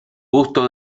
busto